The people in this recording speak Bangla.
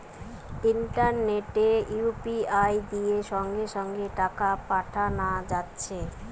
ইন্টারনেটে ইউ.পি.আই দিয়ে সঙ্গে সঙ্গে টাকা পাঠানা যাচ্ছে